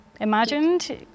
imagined